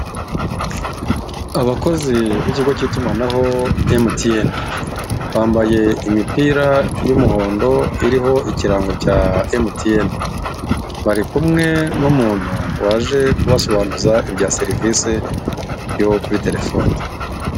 Abakozi b'ikigo cy'itumanaho emutiyene, bambaye imipira y'umuhondo uriho ikirango cya emutiyene, bari kumwe n'umuntu waje kubasobanuza ibya serivisi yo kuri telefoni.